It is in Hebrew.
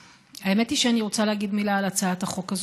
האמת היא שאני רוצה להגיד מילה על הצעת החוק הזאת,